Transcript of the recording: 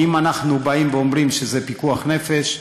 כי אם אנחנו באים ואומרים שזה פיקוח נפש,